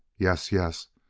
yes, yes!